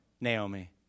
Naomi